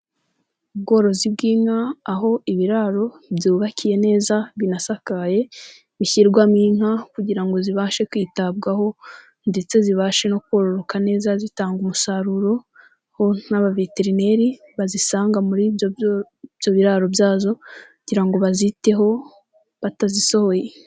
Ubworozi bw'inka aho ibiraro byubakiye neza binasakaye bishyirwamo inka kugira ngo zibashe kwitabwaho ndetse zibashe no kororoka neza zitanga umusaruro na baveterineri bazisanga muri ibyo biraro byazo kugira baziteho batazisohoye.